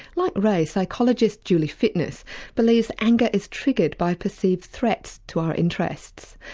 like ray, psychologist julie fitness believes anger is triggered by perceived threats to our interests.